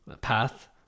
path